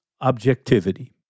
objectivity